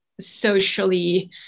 socially